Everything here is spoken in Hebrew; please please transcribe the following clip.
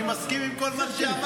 אני מסכים עם כל מה שאמרת.